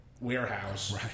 warehouse